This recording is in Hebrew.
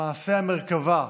מעשה המרכבה,